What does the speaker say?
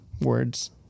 words